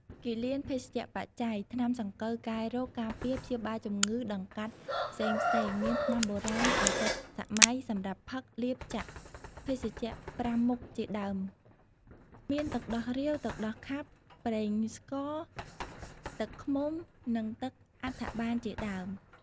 គិលានភេសជ្ជបច្ច័យ ថ្នាំសង្កូវ កែរោគ ការពារ ព្យាបាលជម្ងឺដម្កាត់ផ្សេងៗមាន ថ្នាំបូរាណ ឱសថសម័យ សម្រាប់ផឹក លាប ចាក់ ភេសជ្ជៈ ៥ មុខជាដើម មានទឹកដោះរាវ ទឹកដោះខាប់ ប្រេងស្ក ទឹកឃ្មុំ និងទឹកអដ្ឋបានជាដើម ។